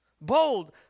Bold